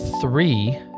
three